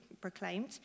proclaimed